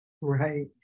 Right